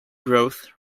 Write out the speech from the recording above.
growth